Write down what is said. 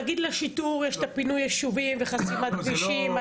נגיד לשיטור יש את פינוי הישובים וחסימת כבישים.